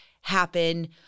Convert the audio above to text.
happen